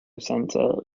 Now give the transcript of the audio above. center